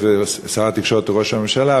והיות ששר התקשורת הוא ראש הממשלה,